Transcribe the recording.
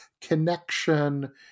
connection